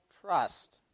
trust